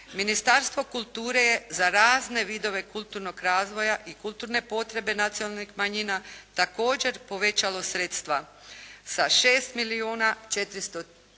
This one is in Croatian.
Ministarstvo kulture je za razne vidove kulturnog razvoja i kulturne potrebe nacionalnih manjina također povećalo sredstva sa 6 milijuna 403 tisuće